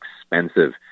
expensive